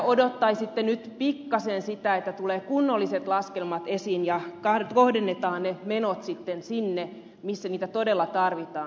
odottaisitte nyt pikkasen sitä että tulevat kunnolliset laskelmat esiin ja kohdennetaan ne menot sitten sinne missä niitä todella tarvitaan